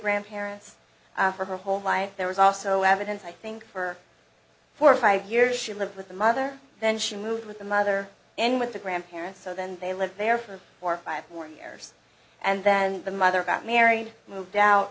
grandparents for her whole life there was also evidence i think for four or five years she lived with the mother then she moved with the mother in with the grandparents so then they lived there for five more years and then the mother got married moved out